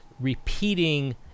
repeating